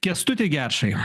kęstuti gečai